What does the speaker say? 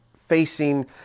facing